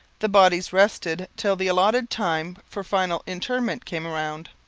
the bodies rested till the allotted time for final interment came round.